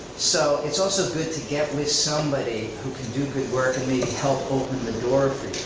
so it's also good to get with somebody who can do good work and maybe help open the door for